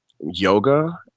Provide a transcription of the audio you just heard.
yoga